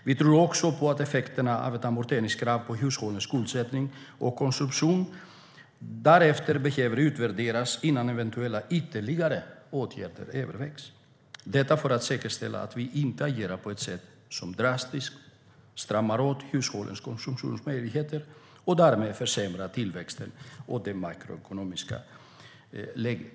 Vi tror dessutom att effekterna av ett amorteringskrav på hushållens skuldsättning och konsumtion därefter behöver utvärderas innan eventuella ytterligare åtgärder övervägs, detta för att säkerställa att vi inte agerar på ett sätt som drastiskt stramar åt hushållens konsumtionsmöjligheter och därmed försämrar tillväxten och det makroekonomiska läget.